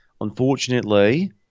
unfortunately